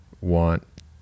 want